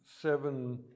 Seven